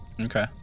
Okay